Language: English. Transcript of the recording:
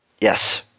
Yes